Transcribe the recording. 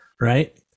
Right